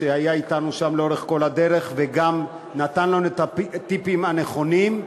שהיה אתנו שם לאורך כל הדרך וגם נתן לנו את הטיפים הנכונים.